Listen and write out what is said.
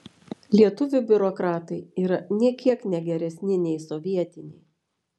lietuvių biurokratai yra nė kiek ne geresni nei sovietiniai